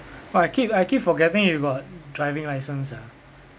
!wah! I keep I keep forgetting you got driving license sia